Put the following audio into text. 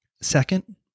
Second